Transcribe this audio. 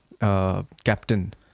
captain